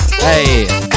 Hey